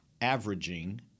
averaging